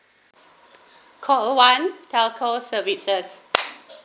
call one telco services